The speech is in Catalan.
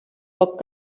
poc